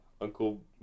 Uncle